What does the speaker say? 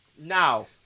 Now